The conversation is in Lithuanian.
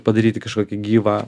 padaryti kažkokį gyvą